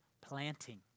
planting